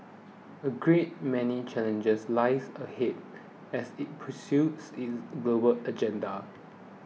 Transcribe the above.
a great many challenges lie ahead as it pursues its global agenda